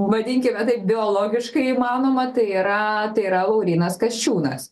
vadinkime taip biologiškai įmanoma tai yra tai yra laurynas kasčiūnas